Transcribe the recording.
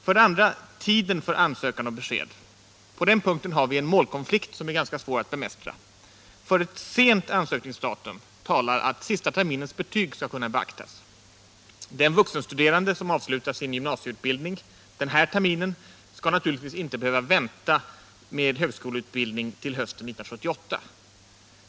För det andra tiden för ansökan och besked. På den punkten har vi en målkonflikt som är ganska svår att bemästra. För ett sent ansökningsdatum talar att sista terminens betyg skall kunna beaktas. Den vuxenstuderande som avslutar sin gymnasieutbildning den här terminen skall naturligtvis inte behöva vänta med högskoleutbildning till hösten 1978.